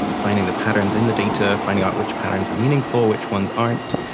finding the patterns in the data, finding out which patterns are meaningful, which ones aren't,